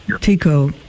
tico